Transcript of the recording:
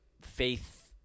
faith